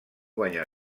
guanyar